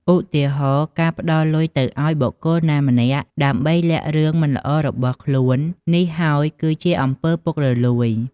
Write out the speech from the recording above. ឧទាហរណ៍ ការផ្តល់លុយទៅឱ្យបុគ្គលណាម្នាក់ ដើម្បីលាក់រឿងមិនល្អរបស់ខ្លួន នេះហើយគឺជាអំពើពុករលួយ។